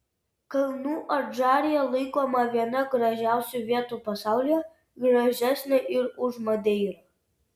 kalnų adžarija laikoma viena gražiausių vietų pasaulyje gražesnė ir už madeirą